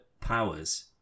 powers